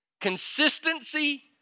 consistency